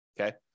Okay